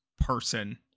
person